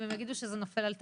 אם הם יגידו שזה נופל על תקציב,